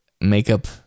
makeup